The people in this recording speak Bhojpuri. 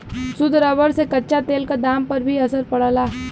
शुद्ध रबर से कच्चा तेल क दाम पर भी असर पड़ला